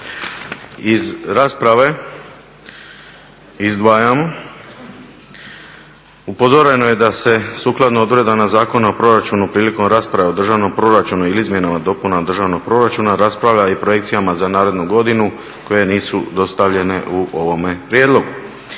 Iz rasprave izdvajamo upozoreno je da se sukladno odredbama Zakona o proračunu prilikom rasprave o državnom proračunu ili izmjenama i dopunama državnog proračuna raspravlja i projekcijama za narednu godinu koje nisu dostavljene u ovome prijedlogu.